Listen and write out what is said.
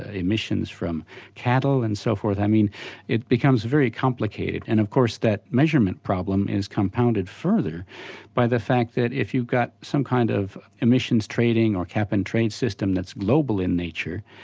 ah emissions from cattle and so forth. i mean it becomes very complicated. and of course that measurement problem is compounded further by the fact that if you're got some kind of emissions trading or cap and trade system that's global in nature,